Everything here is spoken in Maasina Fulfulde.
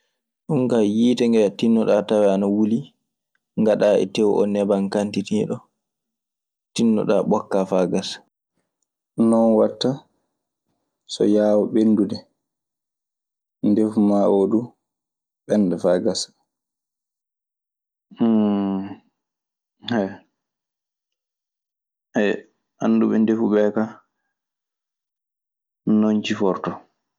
Ɗun kaa yiite ngee tinnoɗaa tawee ana wuli, ngaɗa e teew oo neban kantiteeɗo. Tinnoɗaa ɓokkaa faa gasa. Non waɗta so yaawa ɓenndude. Ndefu maa oo du ɓennda faa gasa. Annduɓe ndefu ɓee kaa non cifortoo.